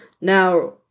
Now